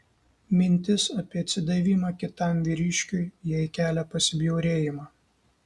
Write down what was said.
mintis apie atsidavimą kitam vyriškiui jai kelia pasibjaurėjimą